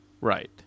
Right